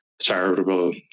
charitable